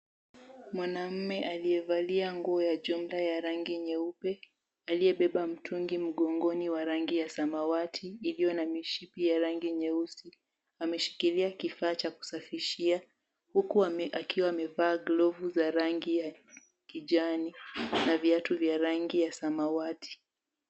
Mwanamume aliyevalia nguo ya jumla rangi nyeupe, aliyebeba mtungi mgongoni ya rangi ya samawati iliyo na mishipi ya rangi nyeusi, ameshikilia kifaa cha kusafishia, huku akiwa amevalia glovu za rangi ya kijani na vyatu vya rangi ya samawati.